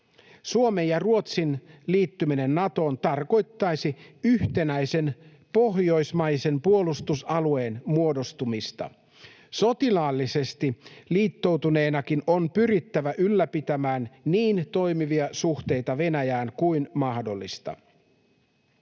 Suomen ja Ruotsin liittyminen Natoon tarkoittaisi yhtenäisen pohjoismaisen puolustusalueen muodostumista. Sotilaallisesti liittoutuneenakin on pyrittävä ylläpitämään niin toimivia suhteita Venäjään kuin mahdollista.